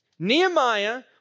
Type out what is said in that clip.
Nehemiah